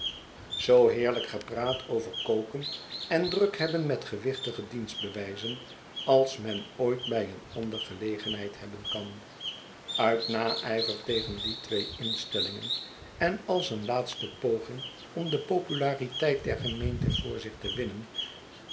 zoo heerlijk gepraat over koken en druk hebben met gewichtige dienstbewijzen als men ooit by een and ere gelegenheid hebben kan uit naijver tegen die twee instellingen en als een laatste poging om de populariteit der gemeente voor zich te winnen